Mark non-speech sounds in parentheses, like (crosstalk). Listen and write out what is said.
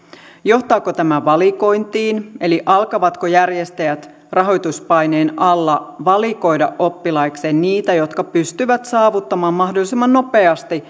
johtaako tämä valikointiin eli alkavatko järjestäjät rahoituspaineen alla valikoida oppilaikseen niitä jotka pystyvät saavuttamaan mahdollisimman nopeasti (unintelligible)